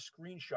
screenshot